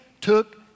took